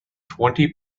twenty